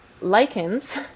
lichens